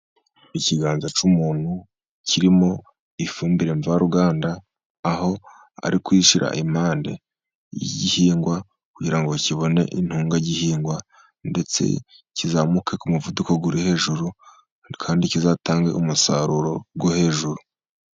Ikiganza cy'umuntu kirimo ifumbire mvaruganda, aho ari kwiyishyira impande y'igihingwa kugira ngo kibone intungagihingwa, ndetse kizamuke ku muvuduko uri hejuru, kandi kizatange umusaruro wo hejuru.